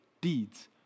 deeds